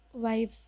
vibes